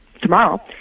tomorrow